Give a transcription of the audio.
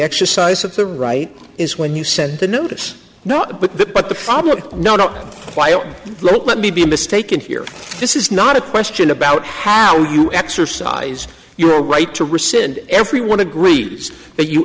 exercise of the right is when you said the notice not but that but the problem no no let me be mistaken here this is not a question about how you exercise your right to rescind everyone agrees that you